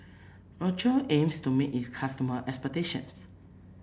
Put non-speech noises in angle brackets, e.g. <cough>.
<unintelligible> aims to meet its customers' expectations